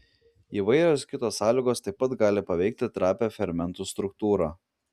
įvairios kitos sąlygos taip pat gali paveikti trapią fermentų struktūrą